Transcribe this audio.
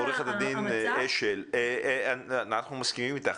עורכת הדין אשל, אנחנו מסכימים איתך.